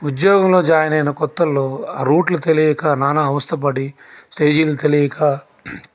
ఉద్యోగంలో జాయిన్ అయిన కొత్తల్లో ఆ రూటులు తెలియక నానా అవస్థపడి స్టేజీలు తెలీక